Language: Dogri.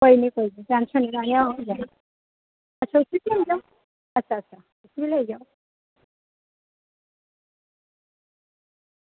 कोई निं कोई निं टैंशन निं लैनी ऐ होई जाह्ग अच्छा अच्छा उसी बी लेई जाओ